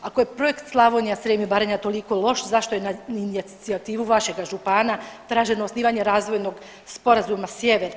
Ako je projekt Slavonija, Srijem i Baranja toliko loš zašto je na inicijativu vašega župana traženo osnivanje razvojnog sporazuma sjever?